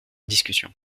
discussion